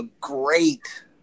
great